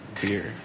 beer